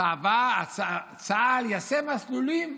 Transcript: צה"ל יעשה מסלולים,